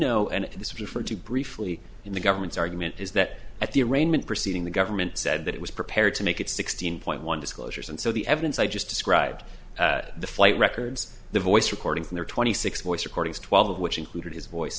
to briefly in the government's argument is that at the arraignment proceeding the government said that it was prepared to make it sixteen point one disclosures and so the evidence i just described the flight records the voice recordings there twenty six voice recordings twelve of which included his voice